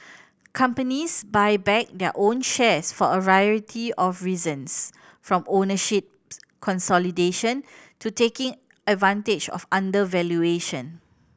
companies buy back their own shares for a variety of reasons from ownership consolidation to taking advantage of undervaluation